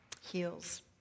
heals